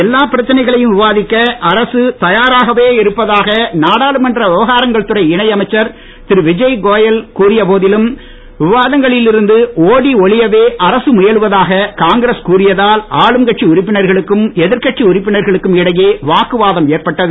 எல்லா பிரச்சனைகளையும் விவாதிக்க அரசு தயாராகவே இருப்பதாக நாடாளுமன்ற விவகாரங்கள் துறை இணை அமைச்சர் திரு விஜய் கோயல் கூறிய போதிலும் விவாதங்களில் இருந்து ஓடி ஒளியவே அரசு முயலுவதாக காங்கிரஸ் கூறியதால் உறுப்பினர்களுக்கும் இடையே வாக்குவாதம் ஏற்பட்டது